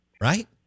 right